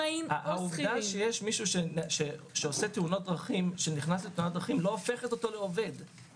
העובדה שיש מישהו שעושה תאונות דרכים לא הופכת אותו לעובד.